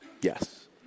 Yes